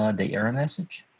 um the error message?